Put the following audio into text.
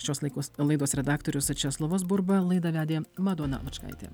šiuos laikus laidos redaktorius česlovas burba laidą vedė madona lučkaitė